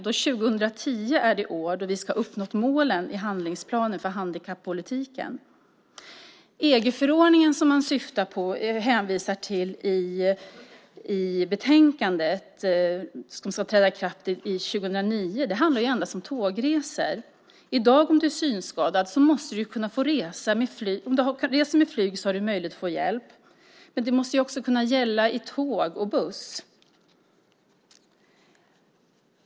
År 2010 är ju det år då vi ska ha uppnått målen i handlingsplanen för handikappolitiken. Den EG-förordning som man i betänkandet hänvisar till och som ska träda i kraft 2009 handlar endast om tågresor. I dag har du om du är synskadad och reser med flyget möjlighet att få hjälp. Det måste också kunna gälla på tåg och bussar.